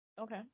okay